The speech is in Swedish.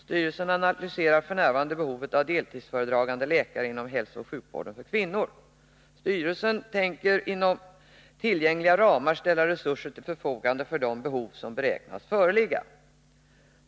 Styrelsen analyserar f. n. behovet av deltidsföredragande läkare inom hälsooch sjukvården för kvinnor. Styrelsen avser att inom tillgängliga ramar ställa resurser till förfogande för de behov som beräknas föreligga.